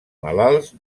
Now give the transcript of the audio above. malalts